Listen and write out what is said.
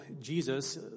Jesus